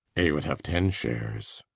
a would have ten shares.